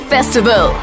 Festival